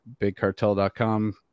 Bigcartel.com